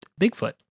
Bigfoot